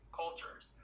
cultures